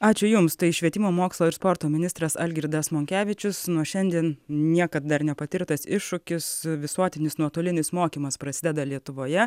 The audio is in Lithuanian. ačiū jums tai švietimo mokslo ir sporto ministras algirdas monkevičius nuo šiandien niekad dar nepatirtas iššūkis visuotinis nuotolinis mokymas prasideda lietuvoje